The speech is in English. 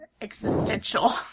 existential